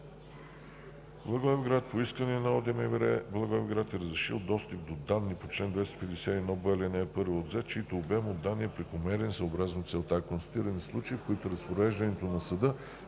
Благоевград, по искане на ОДМВР Благоевград е разрешил достъп до данни по чл. 251б, ал. 1 от ЗЕС, чийто обем от данни е прекомерен съобразно целта. 6. Констатирани са случаи, в които с разпореждането на съда